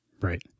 Right